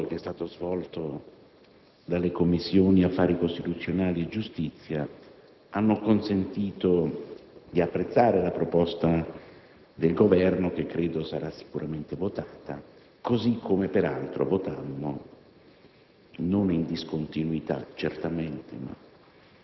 il lavoro serio e rigoroso che è stato svolto dalle Commissioni affari costituzionali e giustizia ha consentito di apprezzare la proposta del Governo, che credo sarà sicuramente votata, così come peraltro in